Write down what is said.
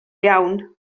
iawn